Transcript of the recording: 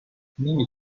نمی